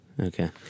Okay